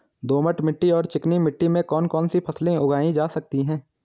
दोमट मिट्टी और चिकनी मिट्टी में कौन कौन सी फसलें उगाई जा सकती हैं?